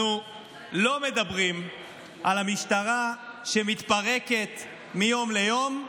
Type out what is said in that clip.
אנחנו לא מדברים על המשטרה שמתפרקת מיום ליום.